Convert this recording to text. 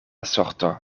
sorto